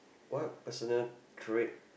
what personal trait